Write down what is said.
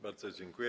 Bardzo dziękuję.